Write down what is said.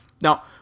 now